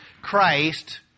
Christ